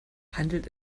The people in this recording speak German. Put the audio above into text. handelt